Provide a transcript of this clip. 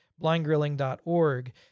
blindgrilling.org